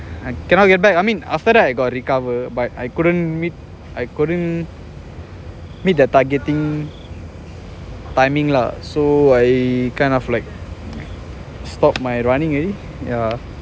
I cannot get back I mean after that I got recover but I couldn't meet I couldn't meet the targeting timing lah so I kind of like stop my running already ah